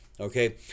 okay